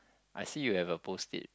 I see you have a post it